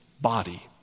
body